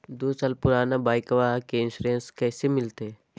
दू साल पुराना बाइकबा के इंसोरेंसबा कैसे मिलते?